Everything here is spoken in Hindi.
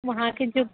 वहाँ के जो